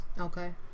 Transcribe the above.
Okay